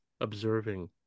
observing